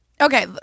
Okay